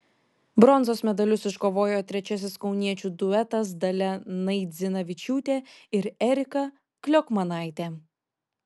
bronzos medalius iškovojo trečiasis kauniečių duetas dalia naidzinavičiūtė ir erika kliokmanaitė